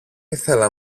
ήθελα